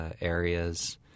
areas